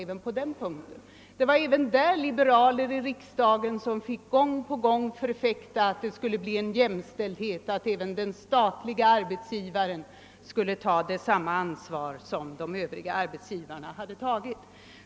Det var även i detta avseende liberaler i riksdagen som gång på gång fick förfäkta kravet på att det skulle bli jämställdhet härvidlag, så att den statlige arbetsgivaren skulle ta samma ansvar som de övriga arbetsgivarna hade tagit.